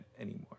anymore